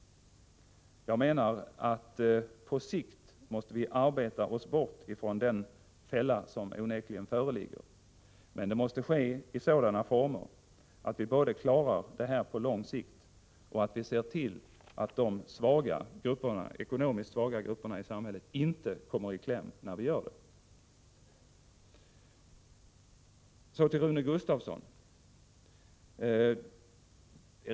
Jag menar att vi på sikt måste arbeta oss bort från den fälla som onekligen föreligger, men det måste ske i sådana former att vi klarar det på lång sikt och ser till att de ekonomiskt svaga grupperna i samhället inte kommer i kläm. Så till Rune Gustavsson.